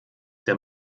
der